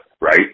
right